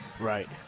Right